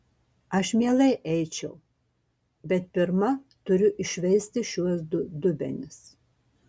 aš mielai eičiau bet pirma turiu iššveisti šiuos du dubenis